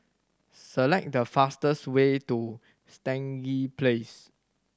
select the fastest way to Stangee Place